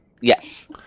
Yes